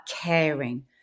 caring